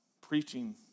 preaching